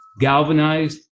Galvanized